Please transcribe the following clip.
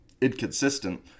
inconsistent